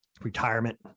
Retirement